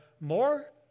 more